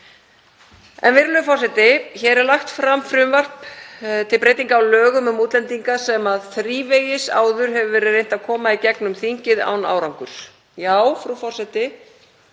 Virðulegur forseti. Hér er lagt fram frumvarp til breytinga á lögum um útlendinga sem þrívegis áður hefur verið reynt að koma í gegnum þingið án árangurs. Já, frú forseti,